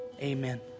Amen